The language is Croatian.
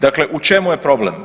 Dakle, u čemu je problem?